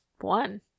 one